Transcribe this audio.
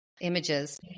Images